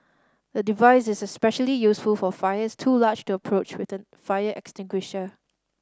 the device is especially useful for fires too large to approach with an fire extinguisher